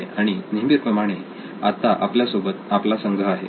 आणि नेहमीप्रमाणे आता आपल्या सोबत आपला संघ आहे